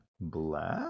black